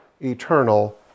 eternal